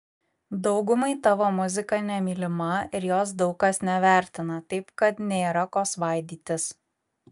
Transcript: daugumai tavo muzika nemylima ir jos daug kas nevertina taip kad nėra ko svaidytis